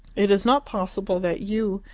it is not possible that you,